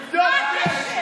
לא הבנתי.